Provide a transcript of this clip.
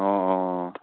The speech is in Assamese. অঁ অঁ